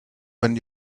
when